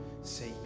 Say